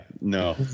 no